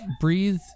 breathe